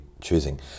choosing